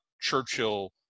Churchill